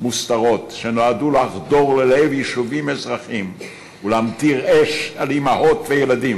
מוסתרות שנועדו לחדור ללב יישובים אזרחיים ולהמטיר אש על אימהות וילדים,